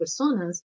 personas